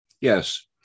Yes